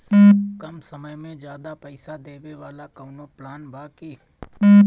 कम समय में ज्यादा पइसा देवे वाला कवनो प्लान बा की?